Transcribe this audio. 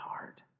heart